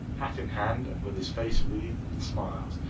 hat in hand, and with his face wreathed in smiles,